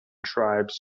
tribes